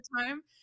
time